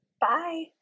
Bye